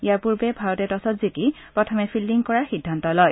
ইয়াৰ পূৰ্বে ভাৰতে টছত জিকি প্ৰথমে ফিল্ডিং কৰাৰ সিদ্ধান্ত লয়